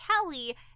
Kelly